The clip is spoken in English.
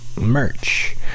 Merch